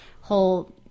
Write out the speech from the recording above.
whole